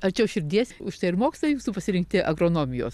arčiau širdies už tai ir mokslai jūsų pasirinkti agronomijos